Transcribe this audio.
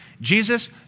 Jesus